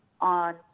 on